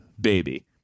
baby